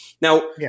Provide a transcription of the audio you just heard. Now